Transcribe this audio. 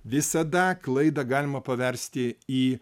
visada klaidą galima paversti į